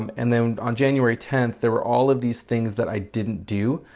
um and then on january tenth there were all of these things that i didn't do,